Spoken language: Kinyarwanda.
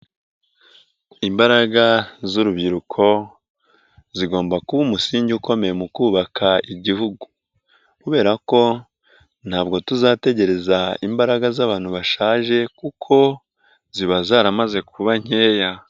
Imbaraga z'urubyiruko zigomba kuba umusingi ukomeye mu kubaka igihugu, kubera ko ntabwo tuzategereza imbaraga z'abantu bashaje, kuko ziba zaramaze kuba nkeya.